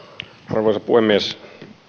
arvoisa puhemies